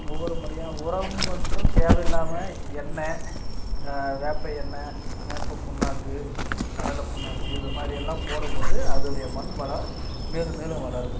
ஒவ்வொரு முறையும் உரம் மற்றும் தேவையில்லாம எண்ண வேப்ப எண்ணெ வேப்பம் புண்ணாக்கு கடலை புண்ணாக்கு இது மாதிரி எல்லாம் போடும்போது அதுடைய மண் வளம் மேலும் மேலும் வளருது